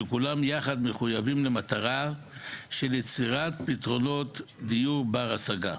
שכולנו יחד מחויבים למטרה של יצירת פתרונות דיור ברי השגה.